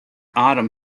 autumn